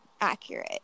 accurate